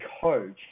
coach